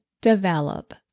develop